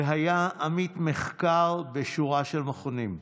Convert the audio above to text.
והיה עמית מחקר בשורה של מכונים.